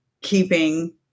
keeping